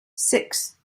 six